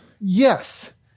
yes